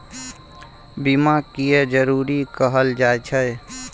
बीमा किये जरूरी कहल जाय छै?